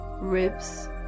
ribs